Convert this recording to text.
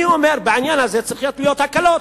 אני אומר, בעניין הזה צריכות להיות הקלות.